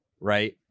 right